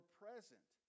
present